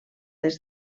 est